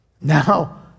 Now